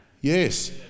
Yes